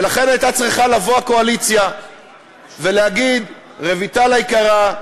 ולכן הייתה צריכה לבוא הקואליציה ולהגיד: רויטל היקרה,